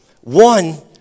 One